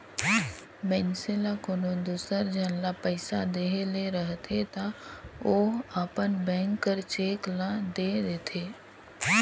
मइनसे ल कोनो दूसर झन ल पइसा देहे ले रहथे ता ओ अपन बेंक कर चेक ल दे देथे